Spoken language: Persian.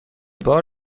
بار